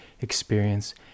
experience